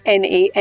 na